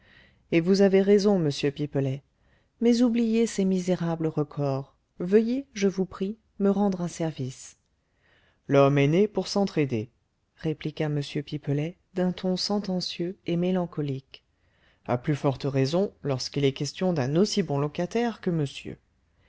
et vous avez raison monsieur pipelet mais oubliez ces misérables recors veuillez je vous prie me rendre un service l'homme est né pour s'entraider répliqua m pipelet d'un ton sentencieux et mélancolique à plus forte raison lorsqu'il est question d'un aussi bon locataire que monsieur